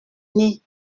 nez